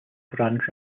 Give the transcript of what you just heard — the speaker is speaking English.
grand